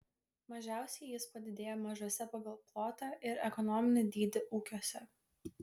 mažiausiai jis padidėjo mažuose pagal plotą ir ekonominį dydį ūkiuose